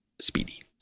speedy